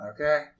Okay